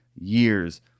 years